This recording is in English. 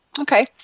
Okay